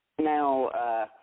now